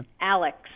Alex